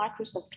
Microsoft